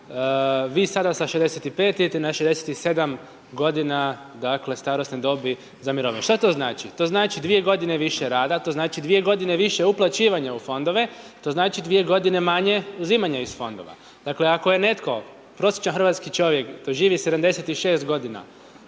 Vi sada sa 65 idete na 67 g. dakle starosne dobi za mirovine. Šta to znači? To znači 2 g. više rada, to znači 2 g. više uplaćivanja u fondove, to znači 2 g. manje uzimanja iz fondova. Dakle ako je netko prosječan hrvatski čovjek doživi 76 g.,